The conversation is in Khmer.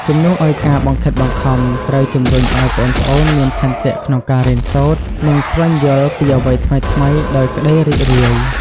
ជំនួសឲ្យការបង្ខិតបង្ខំ ត្រូវជំរុញឲ្យប្អូនៗមានឆន្ទៈក្នុងការរៀនសូត្រ និងស្វែងយល់អ្វីថ្មីៗដោយក្តីរីករាយ។